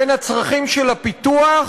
בין הצרכים של הפיתוח